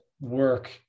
work